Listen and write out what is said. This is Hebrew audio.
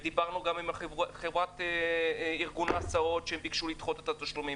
ודיברנו גם עם חברת ארגון ההסעות שהם ביקשו לדחות את התשלומים,